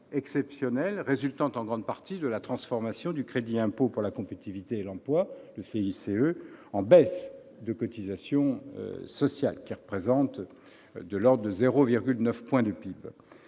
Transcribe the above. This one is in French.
exceptionnelle, résultant en grande partie de la transformation du crédit d'impôt pour la compétitivité et l'emploi, le CICE, en baisses de cotisations sociales, ce qui représente de l'ordre de 0,9 point de PIB.